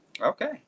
Okay